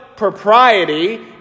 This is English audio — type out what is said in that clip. Propriety